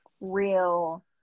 real